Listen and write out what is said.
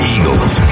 Eagles